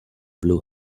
blue